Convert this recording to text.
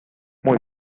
muy